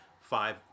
five